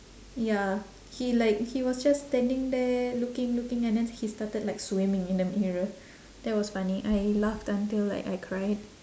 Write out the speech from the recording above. ya he like he was just standing there looking looking and then he started like swimming in the mirror that was funny I laughed until I cried